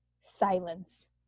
silence